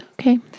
okay